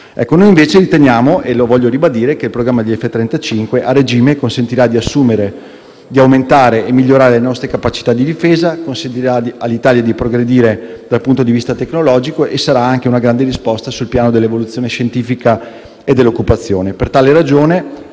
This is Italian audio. contrario - e lo voglio ribadire - che il programma F-35 a regime consentirà di assumere, di aumentare e migliorare le nostre capacità di difesa; consentirà all'Italia di progredire dal punto di vista tecnologico e sarà anche una grande risposta sul piano dell'evoluzione scientifica e dell'occupazione. Per tale ragione,